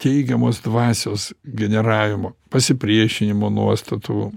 teigiamos dvasios generavimo pasipriešinimo nuostatų